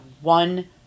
one